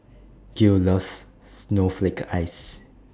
Gil loves Snowflake Ice